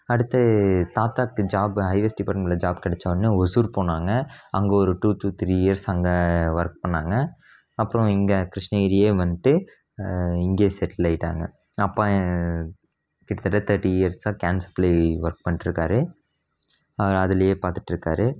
அடுத்து தாத்தாவுக்கு job highways டிபார்ட்மெண்ட்டில் ஜாப் கிடச்ச உடனே ஓசூர் போனாங்க அங்கே ஒரு டூ டு த்ரீ இயர்ஸ் அங்கே ஒர்க் பண்ணிணாங்க அப்புறம் இங்கே கிருஷ்ணகிரியே வந்துட்டு இங்கேயே செட்டில் ஆகிட்டாங்க அப்பா கிட்டத்தட்ட தேர்ட்டி இயர்சாக கேன் சப்ளை ஒர்க் பண்ணிட்ருக்காரு அவர் அதிலேயே பார்த்துட்ருக்காரு